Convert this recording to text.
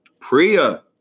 Priya